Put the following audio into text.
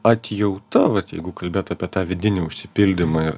atjauta vat jeigu kalbėt apie tą vidinį užsipildymą ir